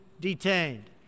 detained